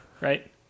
right